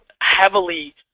heavily